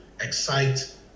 excite